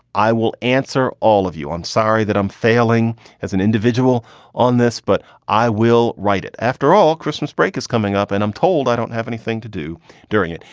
i will answer all of you. i'm sorry that i'm failing as an individual on this, but i will write it after all. christmas break is coming up and i'm told i don't have anything to do during it.